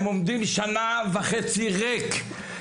הם עומדים שנה וחצי ריק,